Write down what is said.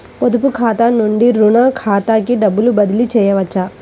పొదుపు ఖాతా నుండీ, రుణ ఖాతాకి డబ్బు బదిలీ చేయవచ్చా?